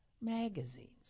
magazines